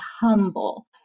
humble